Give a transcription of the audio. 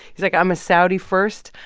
he's, like, i'm a saudi first.